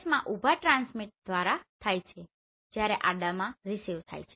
માં ઉભા ટ્રાન્સ્મીટ થાય છે જ્યારે આડામાં રીસીવ થાય છે